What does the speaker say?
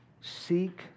Seek